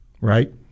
right